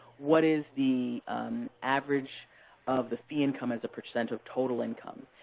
what is the average of the fee income as a percent of total income.